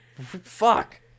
Fuck